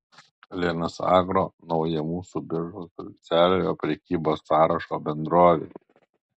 linas agro nauja mūsų biržos oficialiojo prekybos sąrašo bendrovė